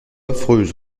affreuse